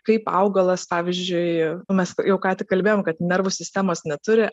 kaip augalas pavyzdžiui mes jau ką tik kalbėjom kad nervų sistemos neturi